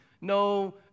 No